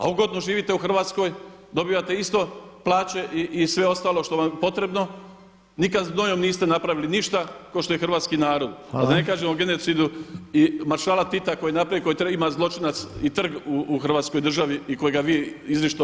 A ugodno živite u Hrvatskoj, dobivate isto plaće i sve ostalo što vam je potrebno, nikada znojem niste napravili ništa kao što je hrvatski narod a da ne kažem o genocidu i maršala Tita koji je napravio, koji ima zločinac i trg u Hrvatskoj državi i kojega vi izričito branite.